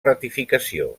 ratificació